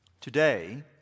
Today